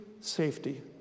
safety